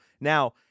Now